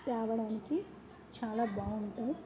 తేవడానికి చాలా బాగుంటాయి